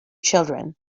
children